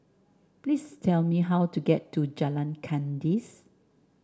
please tell me how to get to Jalan Kandis